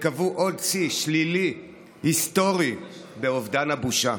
קבעו עוד שיא שלילי היסטורי באובדן הבושה.